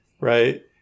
right